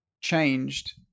changed